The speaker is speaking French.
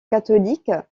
catholique